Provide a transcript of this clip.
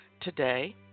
today